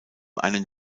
einen